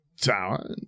tower